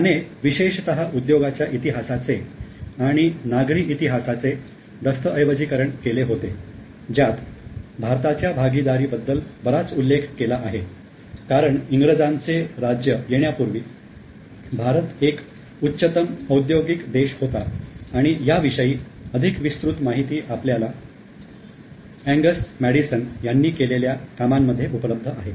त्याने विशेषतः उद्योगाच्या इतिहासाचे आणि नागरी इतिहासाचे दस्तऐवजीकरण केले होते ज्यात भारताच्या भागीदारी बद्दल बराच उल्लेख केला आहे कारण इंग्रजांचे राज्य येण्यापूर्वी भारत एक उच्चतम औद्योगिक देश होता आणि ह्याविषयी अधिक विस्तृत माहिती आपल्याला अँगस मॅडीसन यांनी केलेल्या कामांमध्ये उपलब्ध आहे